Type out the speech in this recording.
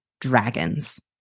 dragons